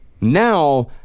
Now